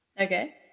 okay